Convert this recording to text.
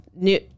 new